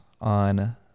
on